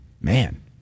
Man